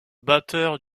batteur